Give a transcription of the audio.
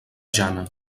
jana